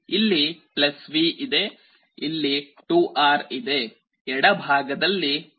ಇಲ್ಲಿ V ಇದೆ ಇಲ್ಲಿ 2R ಇದೆ ಎಡಭಾಗದಲ್ಲಿ ಸಮಾನ ರೆಸಿಸ್ಟನ್ಸ್ 2R ಇದೆ